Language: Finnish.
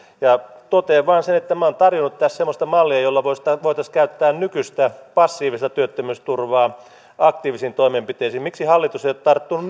totean vain sen että minä olen tarjonnut tässä semmoista mallia jolla voitaisiin käyttää nykyistä passiivista työttömyysturvaa aktiivisiin toimenpiteisiin miksi hallitus ei ole tarttunut